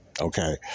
okay